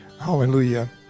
Hallelujah